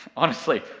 honestly,